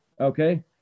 okay